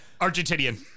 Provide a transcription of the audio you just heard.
Argentinian